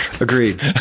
Agreed